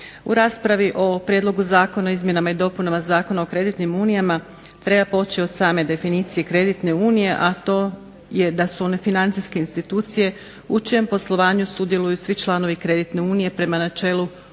U raspravi o Prijedlogu zakona o izmjenama i dopunama Zakona o kreditnim unijama treba poći od same definicije kreditne unije, a to je da su one financijske institucije u čijem poslovanju sudjeluju svi članovi kreditne unije prema načelu uzajamne